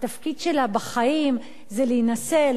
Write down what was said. התפקיד שלה בחיים זה להינשא,